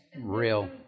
real